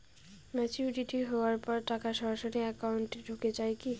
Maturity হওয়ার পর টাকা সরাসরি একাউন্ট এ ঢুকে য়ায় কি?